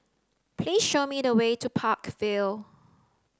please show me the way to Park Vale